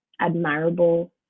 admirable